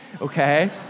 Okay